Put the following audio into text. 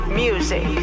music